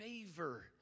favor